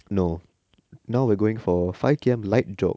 no now we are going for five K_M light jog